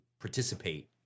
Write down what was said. participate